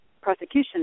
prosecution